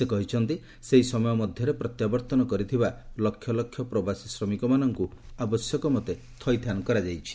ସେ କହିଛନ୍ତି ସେହି ସମୟ ମଧ୍ୟରେ ପ୍ରତ୍ୟାବର୍ତ୍ତନ କରିଥିବା ଲକ୍ଷ ଲକ୍ଷ ପ୍ରବାସୀ ଶ୍ରମିକମାନଙ୍କୁ ଆବଶ୍ୟକମତେ ଥଇଥାନ କରାଯାଇଛି